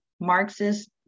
marxist